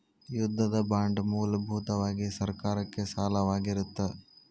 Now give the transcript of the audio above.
ಯುದ್ಧದ ಬಾಂಡ್ ಮೂಲಭೂತವಾಗಿ ಸರ್ಕಾರಕ್ಕೆ ಸಾಲವಾಗಿರತ್ತ